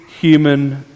human